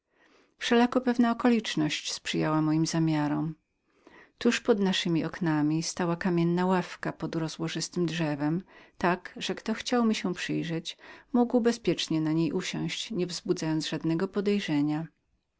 wszelako pewna okoliczność sprzyjała moim zamiarom tuż pod naszemi oknami stała kamienna ławka pod ogromnem drzewem tak że chcący mnie widzieć mogli bezpiecznie na niej usiąść nie wzbudzając żadnego podejrzenia